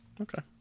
Okay